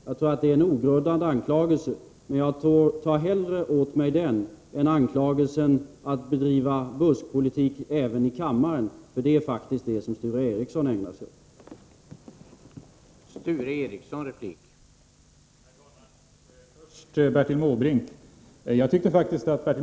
Jag tror att det är en ogrundad anklagelse, men jag tar hellre åt mig den anklagelsen än en anklagelse att bedriva buskagitation även i kammaren, för det är faktiskt vad Sture Ericson ägnar sig åt.